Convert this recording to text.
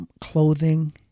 clothing